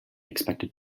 expected